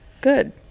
good